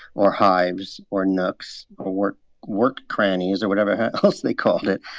or hives, or nooks, or work work crannies or whatever else they called it.